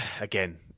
again